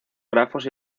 grafos